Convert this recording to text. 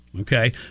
okay